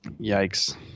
Yikes